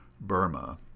Burma